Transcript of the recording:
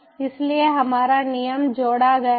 इसलिए हमारा नियम जोड़ा गया है